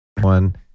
one